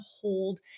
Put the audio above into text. hold